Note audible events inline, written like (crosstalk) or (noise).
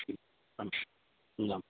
(unintelligible) मिलामः